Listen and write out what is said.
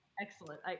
Excellent